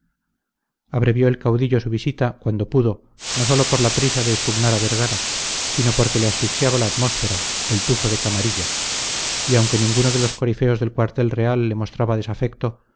abrevió el caudillo su visita cuanto pudo no sólo por la prisa de expugnar a vergara sino porque le asfixiaba la atmósfera el tufo de camarilla y aunque ninguno de los corifeos del cuartel real le mostraba desafecto